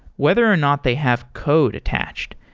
whether or not they have code attached.